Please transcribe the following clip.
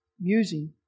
musing